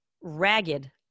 ragged